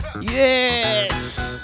Yes